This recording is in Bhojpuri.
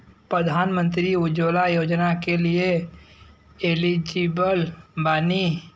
प्रधानमंत्री उज्जवला योजना के लिए एलिजिबल बानी?